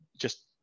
just-